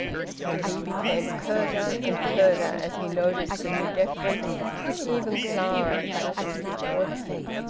and he became curter and curter, as he noticed the new deference which even clara practised towards him.